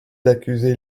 d’accuser